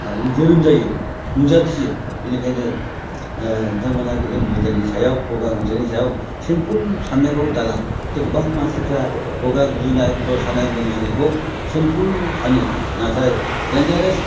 जोनोम जायो नुजाथियो बेनिखायनो नोंथांमोना इनफ्लुएन्जानि सायाव गगा गुजुनायनि सायाव सिमफोल साननायखौ दाला गोबां मानसिफ्रा गगा गुजुनाय खर' सानाय मोदोम सानायखौ सिमफोल सानो नाथाय डेनजारेस